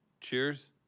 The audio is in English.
Cheers